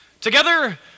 together